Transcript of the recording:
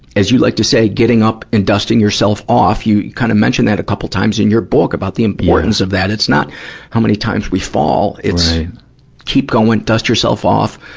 as you like to say getting up and dusting yourself off. you kind of mention that a couple times in your book, about the importance of that. it's not how many times we fall it's keep going, dust yourself off,